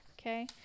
Okay